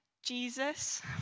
Jesus